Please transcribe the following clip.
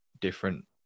different